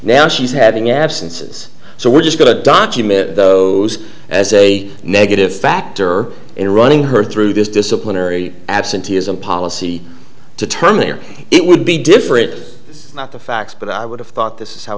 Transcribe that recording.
now she's having absences so we're just going to document those as a negative factor in running her through this disciplinary absenteeism policy to term there it would be different not the facts but i would have thought this is how